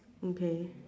okay